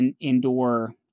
indoor